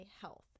health